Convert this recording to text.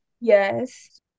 Yes